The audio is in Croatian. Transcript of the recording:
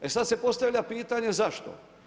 E sada se postavlja pitanje zašto.